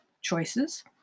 choices